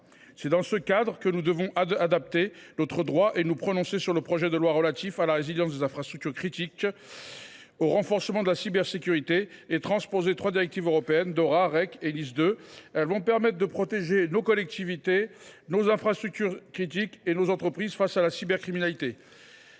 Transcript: C’est dans ce contexte que nous devons adapter notre droit et nous prononcer sur le projet de loi relatif à la résilience des infrastructures critiques et au renforcement de la cybersécurité, lequel transpose trois directives européennes : Dora, REC et NIS 2. Celles ci nous permettront de protéger nos collectivités, nos infrastructures critiques et nos entreprises face à la cybercriminalité.